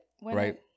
right